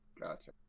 Gotcha